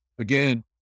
again